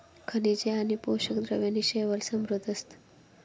खनिजे आणि पोषक द्रव्यांनी शैवाल समृद्ध असतं